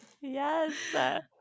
Yes